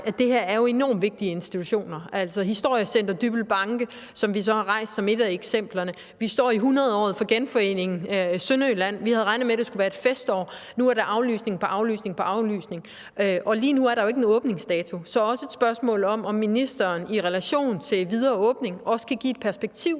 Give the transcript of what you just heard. at det her jo er enormt vigtige institutioner. Altså med hensyn til Historiecenter Dybbøl Banke, som vi så har nævnt som et af eksemplerne, står vi jo i 100-året for genforeningen af Sønderjylland. Vi havde regnet med, at det skulle være et festår – nu er det aflysning på aflysning. Og lige nu er der jo ikke nogen åbningsdato. Så det er også et spørgsmål om, om ministeren i relation til den videre åbning kan give et perspektiv